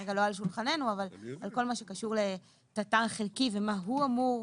שכרגע זה לא על שולחננו בכל מה שקשור לת"טר חלקי ומה הוא אמור